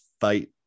fight